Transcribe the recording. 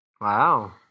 Wow